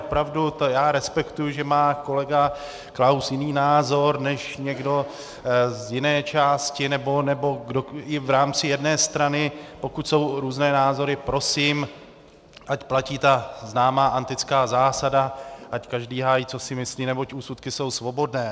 Opravdu, já respektuji, že má kolega Klaus jiný názor než někdo z jiné části nebo i v rámci jedné strany pokud jsou různé názory, prosím, ať platí ta známá antická zásada, ať každý hájí, co si myslí, neboť úsudky jsou svobodné.